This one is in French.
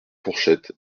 fourchettes